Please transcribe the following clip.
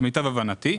למיטב הבנתי.